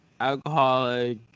alcoholic